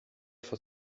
for